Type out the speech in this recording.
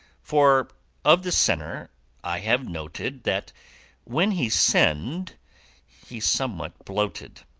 for of the sinner i have noted that when he's sinned he's somewhat bloated,